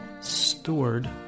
steward